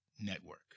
Network